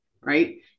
right